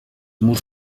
murs